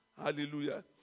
Hallelujah